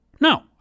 No